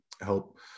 help